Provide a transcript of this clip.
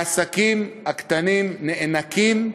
העסקים הקטנים נאנקים,